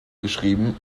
geschrieben